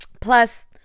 plus